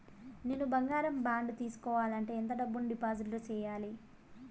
నేను బంగారం బాండు తీసుకోవాలంటే ఎంత డబ్బును డిపాజిట్లు సేయాలి?